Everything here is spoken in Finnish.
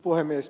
puhemies